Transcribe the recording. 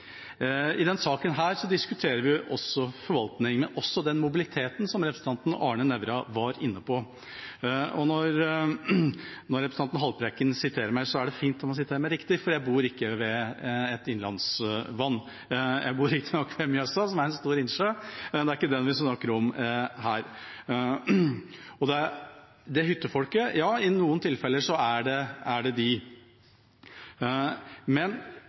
I denne saken diskuterer vi forvaltning, men også den mobiliteten som representanten Arne Nævra var inne på. Når representanten Haltbrekken siterer meg, er det fint om han siterer meg riktig, for jeg bor ikke ved et innlandsvann. Jeg bor riktignok ved Mjøsa, som er en stor innsjø, men det er ikke den vi snakker om her. Når det gjelder hyttefolket – ja, i noen tilfeller gjelder det dem, men faktum er at i mange av disse tilfellene ligger det ikke hytter ved de